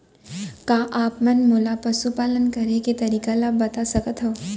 का आप मन मोला पशुपालन करे के तरीका ल बता सकथव?